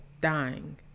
dying